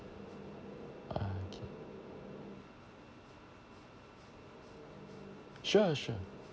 okay sure sure